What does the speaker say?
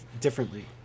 differently